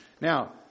Now